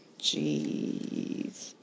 Jeez